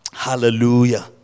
Hallelujah